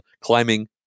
climbing